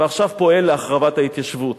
ועכשיו פועל להחרבת ההתיישבות.